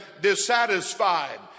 dissatisfied